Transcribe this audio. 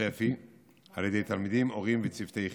שפ"י על ידי תלמידים, הורים וצוותי חינוך.